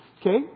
Okay